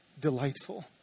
delightful